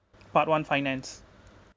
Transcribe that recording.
part one finance